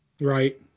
Right